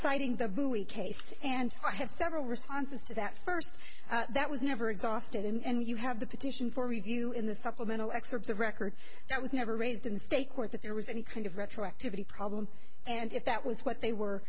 citing the louis case and i have several responses to that first that was never exhausted and you have the petition for review in the supplemental excerpts of record that was never raised in state court that there was any kind of retroactivity problem and if that was what they were